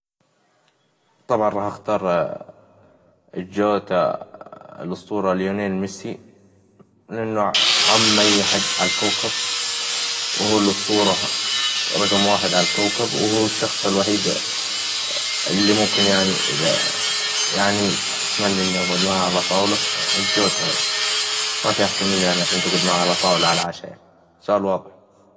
طبعاً راح اختار الجوتا, الأسطورة ليونيل ميسي, لأنه عم أي حد عالكوكب, وهو الأسطورة, ورقم واحد عالكوكب, وهو الشخص الوحيد, إللي ممكن يعني إذا يعني اتمنى إني أقعد معه على طاولة, الجوتا ما في أحسن منه يعني عشان تقعد معه على طاولة عالعشا يعني, سؤال واظح.